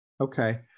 Okay